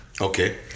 Okay